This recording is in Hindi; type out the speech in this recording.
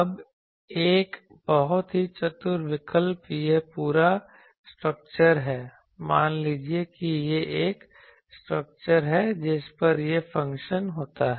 अब एक बहुत ही चतुर विकल्प यह पूरा स्ट्रक्चर है मान लीजिए कि यह एक स्ट्रक्चर है जिस पर यह फंक्शन होता है